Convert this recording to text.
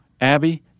Abby